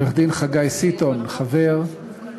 עורך-דין חגי סיטון, חבר,